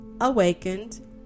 Awakened